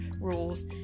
rules